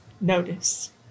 notice